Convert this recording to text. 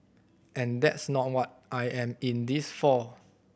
and that's not what I am in this for